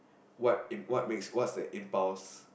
what what makes what's the impulse